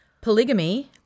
Polygamy